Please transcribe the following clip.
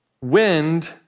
wind